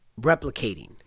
replicating